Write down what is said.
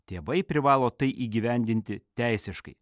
tėvai privalo tai įgyvendinti teisiškai